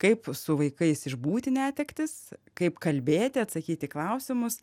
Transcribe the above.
kaip su vaikais išbūti netektis kaip kalbėti atsakyt į klausimus